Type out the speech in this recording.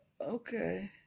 okay